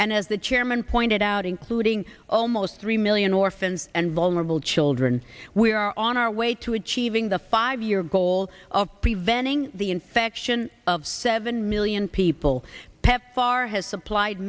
and as the chairman pointed out including almost three million orphans and vulnerable children we are on our way to achieving the five year goal of preventing the infection of seven million people pepfar has supplied